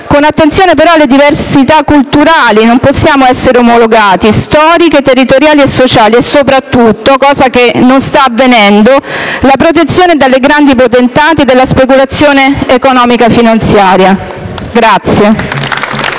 con attenzione però alle diversità culturali (non possiamo essere omologati), storiche, territoriali e sociali, e soprattutto - cosa che non sta avvenendo - che persegua la protezione dai grandi potentati dalla speculazione economico-finanziaria.